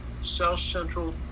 south-central